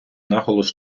наголос